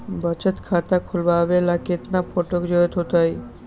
बचत खाता खोलबाबे ला केतना फोटो के जरूरत होतई?